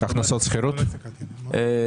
שנהנים מכספי ציבור שהיו אמורים להיות לטובת דברים אחרים,